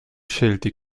scelti